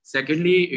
Secondly